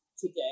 today